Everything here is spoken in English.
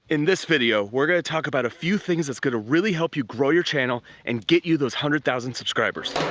in this video, we're gonna talk about a few things that's gonna really help you grow your channel and get you those one hundred thousand subscribers.